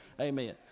Amen